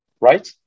right